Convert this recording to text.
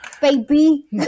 baby